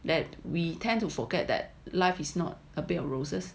that we tend to forget that life is not a bed of roses